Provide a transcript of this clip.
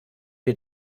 wir